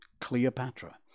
Cleopatra